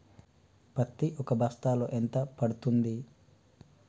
పత్తి ఒక బస్తాలో ఎంత పడ్తుంది?